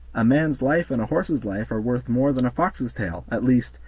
a man's life and a horse's life are worth more than a fox's tail at least,